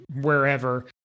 wherever